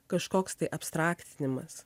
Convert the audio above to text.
kažkoks tai abstraktinimas